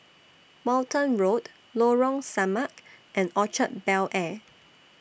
Walton Road Lorong Samak and Orchard Bel Air